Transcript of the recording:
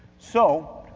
so,